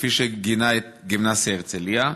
כפי שגינה את גימנסיה הרצליה?